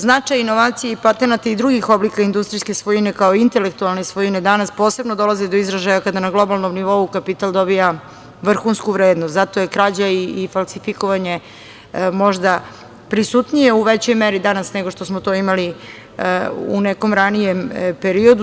Značaja inovacija i patenata i drugih oblika industrijske svojine kao intelektualne svojine danas posebno dolazi do izražaja kada na globalnom nivou kapital dobija vrhunsku vrednost, zato je krađa i falsifikovanje možda prisutnije u većoj meri danas nego što smo to imali u nekom ranijem periodu.